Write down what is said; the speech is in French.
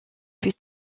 plus